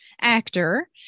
actor